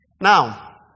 Now